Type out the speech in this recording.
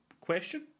Question